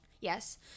Yes